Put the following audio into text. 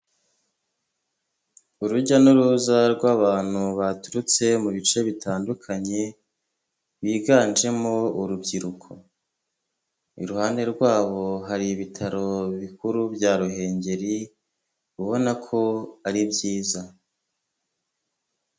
Urujya n'uruza rw'abantu baturutse mu bice bitandukanye biganjemo urubyiruko. Iruhande rwabo hari ibitaro bikuru bya ruhengeri ubona ko ari byiza.